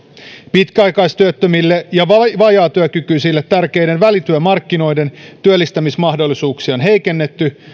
pitkäaikaistyöttömille ja vajaatyökykyisille tärkeiden välityömarkkinoiden työllistämismahdollisuuksia on heikennetty